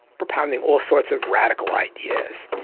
propounding all sorts of radical ideas.